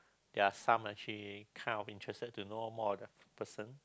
there are some I actually kind of interested to know more of the person